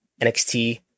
NXT